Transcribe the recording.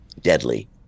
deadly